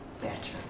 better